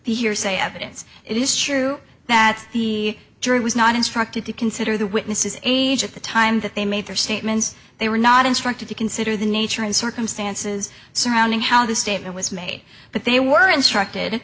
the hearsay evidence it is true that the jury was not instructed to consider the witnesses age at the time that they made their statements they were not instructed to consider the nature and circumstances surrounding how the statement was made but they were instructed